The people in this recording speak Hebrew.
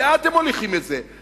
לאן אתם מוליכים את זה?